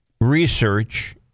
research